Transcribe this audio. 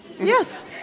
Yes